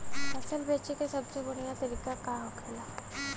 फसल बेचे का सबसे बढ़ियां तरीका का होखेला?